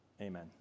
Amen